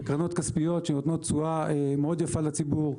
ובקרנות כספיות שנותנות תשואה מאוד יפה לציבור.